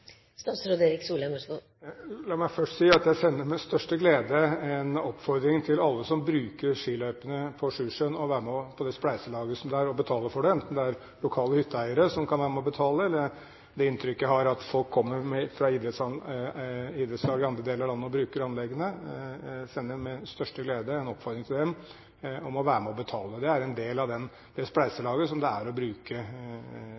La meg først si at jeg sender med største glede en oppfordring til alle som bruker skiløypene på Sjusjøen, om å være med på det spleiselaget som det er å betale for det, enten det er lokale hytteeiere som kan være med og betale, eller – det er det inntrykket jeg har – det er folk som kommer fra idrettslag i andre deler av landet og bruker anleggene. Jeg sender med største glede en oppfordring til dem om å være med og betale. Det er en del av det spleiselaget som det